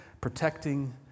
protecting